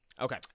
Okay